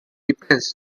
depends